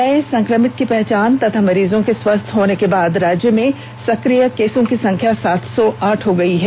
नए संक्रमित की पहचान तथा मरीजों के स्वस्थ होने के बाद राज्य में सक्रिय केसों की संख्या सात सौ आठ हो गई है